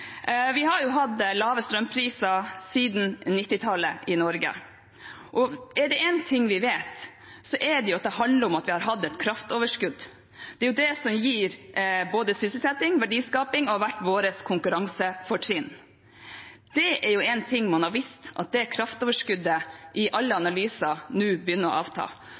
Vi har hatt lave strømpriser siden 1990-tallet i Norge. Er det én ting vi vet, er det at det handler om at vi har hatt et kraftoverskudd. Det er det som har gitt både sysselsetting og verdiskaping, og som har vært vårt konkurransefortrinn. Det man har visst, er at det kraftoverskuddet i alle analyser nå begynner å avta.